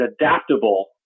adaptable